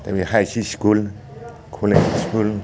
ओरै high school college school